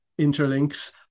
Interlinks